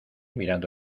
mirando